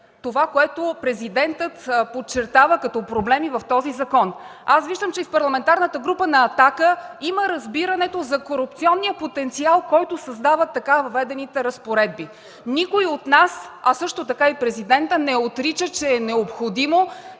това, което Президентът подчертава като проблеми в този закон. Аз виждам, че и в Парламентарната група на „Атака” има разбирането за корупционния потенциал, който създават така въведените разпоредби. Никой от нас, а също така и Президентът, не отрича, че е необходимо